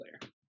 player